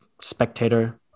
spectator